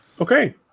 Okay